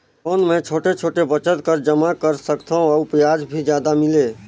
कौन मै छोटे छोटे बचत कर जमा कर सकथव अउ ब्याज भी जादा मिले?